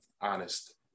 honest